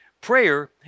Prayer